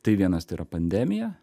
tai vienas tai yra pandemija